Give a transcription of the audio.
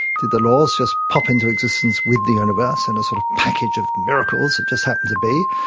did the laws just pop into existence with the universe in a sort of package of miracles that just happens to be?